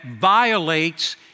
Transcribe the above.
violates